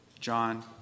John